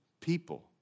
people